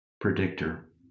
predictor